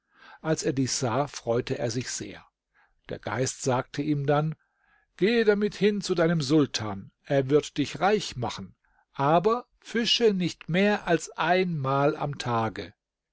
als er dies sah freute er sich sehr der geist sagte ihm dann gehe damit hin zu deinem sultan er wird dich reich machen aber fische nicht mehr als einmal am tage